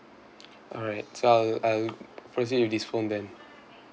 alright so I'll I'll proceed with this phone then